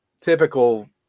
typical